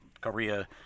Korea